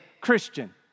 Christian